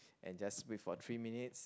and just wait for three minutes